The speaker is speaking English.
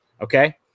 okay